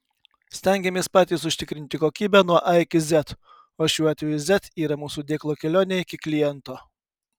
stengiamės patys užtikrinti kokybę nuo a iki z o šiuo atveju z yra mūsų dėklo kelionė iki kliento